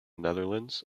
netherlands